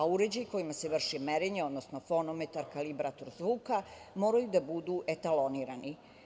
Uređaji kojima se vrši merenje, odnosno fonometar, kalibrator zvuka moraju da budu etalonirani.